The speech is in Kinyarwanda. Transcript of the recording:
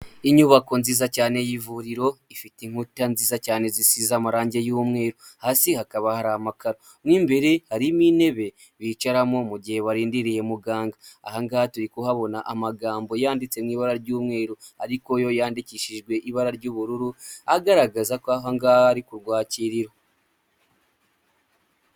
Inyubako nziza cyane y'ivuriro ifite inkuta nziza cyane zisize amarangi y'umweru, hasi hakaba hari amakaro mo imbere harimo intebe bicaramo mu gihe barindiriye muganga. Ahangaha turi kuhabona amagambo yanditse mu ibara ry'umweru ariko yo yandikishijwe ibara ry'ubururu; agaragaza ko ahangaha ari ku rwakiriro.